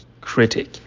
critic